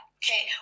okay